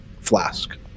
flask